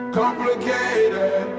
complicated